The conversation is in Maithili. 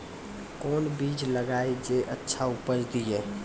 कोंन बीज लगैय जे अच्छा उपज दिये?